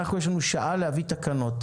יש לנו שעה להביא תקנות,